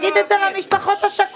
תגיד את זה למשפחות השכולות,